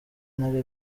nabyo